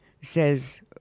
says